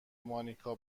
مانیکا